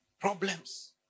Problems